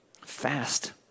fast